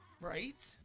Right